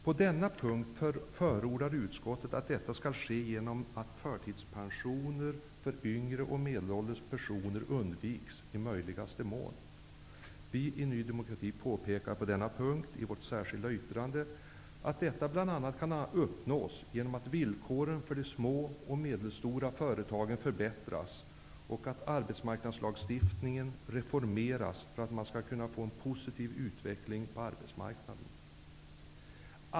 På denna punkt förordar utskottet att detta skall ske genom att förtidspensioner för yngre och medelålders personer undviks i möjligaste mån. Vi i Ny demokrati påpekar på denna punkt i vårt särskilda yttrande att detta bl.a. kan uppnås genom att villkoren för de små och medelstora företagen förbättras och att arbetsmarknadslagstiftningen reformeras för att man skall kunna få en positiv utveckling på arbetsmarknaden.